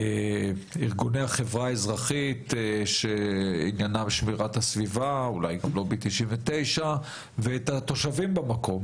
ארגוני חברה אזרחית שאמונים על שמירת הסביבה ואת התושבים במקום